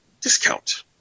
discount